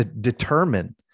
Determine